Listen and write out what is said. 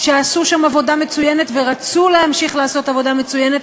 שעשו שם עבודה מצוינת ורצו להמשיך לעשות עבודה מצוינת.